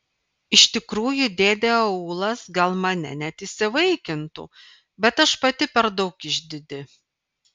iš tikrųjų dėdė aulas gal mane net įsivaikintų bet aš pati per daug išdidi